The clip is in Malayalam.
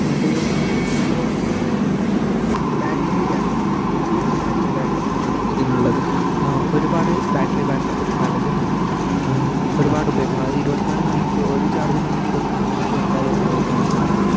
ഉപയോഗ ഉപയോഗിക്കുന്ന അതായത് ബാറ്ററി ബാക്കപ്പ് നല്ല ഒരു ബാറ്ററി ബാക്കപ്പ് ആണ് ഇതിൽ ഉള്ളത് ഒരുപാട് ബാറ്ററി ബാക്കപ്പ് ഇത് നൽകുന്നുണ്ട് ഒരുപാട് ഉപയോഗി അത് ഇരുപത്തി നാല് മണിക്കൂർ ഒരു ചാർജിൽ നമുക്ക് ഇരുപത്തി നാല് മണിക്കൂർ എന്തായാലും ഉപയോഗിക്കാൻ വേണ്ടി പറ്റും